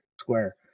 Square